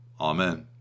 Amen